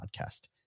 Podcast